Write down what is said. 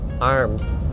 arms